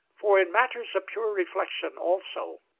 for in matters of pure reflection also,